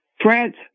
France